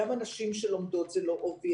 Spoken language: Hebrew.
גם הנשים שעובדות זה לא מובן מאליו,